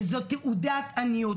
וזאת תעודת עניות.